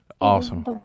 awesome